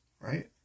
Right